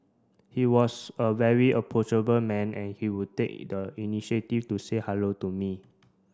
he was a very approachable man and he would take the initiative to say hello to me